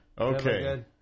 Okay